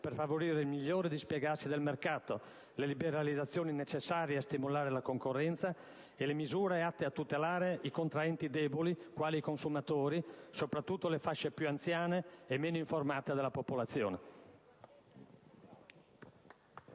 per favorire il migliore dispiegarsi del mercato, le liberalizzazioni necessarie a stimolare la concorrenza e le misure atte a tutelare i contraenti deboli quali i consumatori, soprattutto le fasce più anziane e meno informate della popolazione.